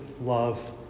love